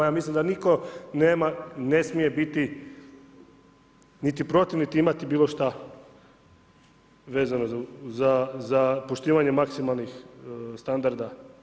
Ja mislim da nitko nema, ne smije biti niti protiv niti imati bilo šta vezano za poštivanje maksimalnih standarda.